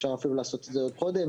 אפשר אפילו לעשות את זה עוד קודם,